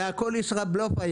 זה הכול היה ישראבלוף,